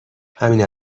همین